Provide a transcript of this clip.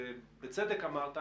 ובצדק אמרת,